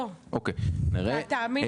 לא, תאמין לי שלא.